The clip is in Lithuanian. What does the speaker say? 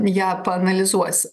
ją paanalizuosi